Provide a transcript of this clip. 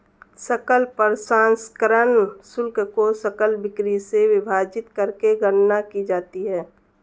सकल प्रसंस्करण शुल्क को सकल बिक्री से विभाजित करके गणना की जाती है